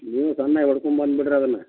ನೀವೆ ತನ್ಯಾಗ ಹೊಡ್ಕೊಂಬಂದು ಬಿಡ್ರಿ ಅದನ್ನ